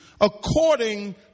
According